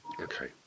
Okay